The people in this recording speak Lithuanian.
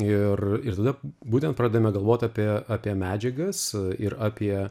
ir ir tada būtent pradedame galvot apie apie medžiagas ir apie